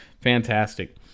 fantastic